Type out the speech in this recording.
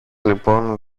λοιπόν